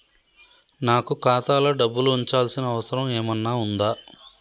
నాకు ఖాతాలో డబ్బులు ఉంచాల్సిన అవసరం ఏమన్నా ఉందా?